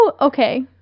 okay